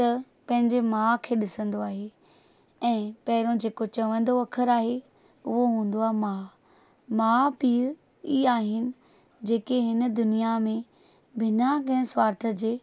त पंहिंजे मां खे ॾिसंदो आहे ऐं पहिरों जेको चवंदो अख़रु आहे उहो हूंदो आहे मां माउ पीउ इहे आहिनि जेके हिन दुनिया में बिना कंहिं स्वार्थ जे